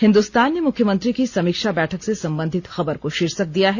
हिन्दुस्तान ने मुख्यमंत्री की समीक्षा बैठक से संबंधित खबर को शीर्षक दिया है